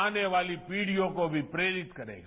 आने वाली पीढियों को भी प्रेरित करेगा